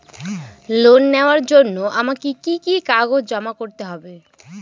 Loan নেওয়ার জন্য আমাকে কি কি কাগজ জমা করতে হবে?